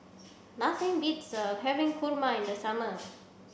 nothing beats having kurma in the summer